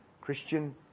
Christian